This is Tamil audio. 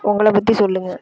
உங்களை பற்றி சொல்லுங்க